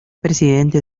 presidente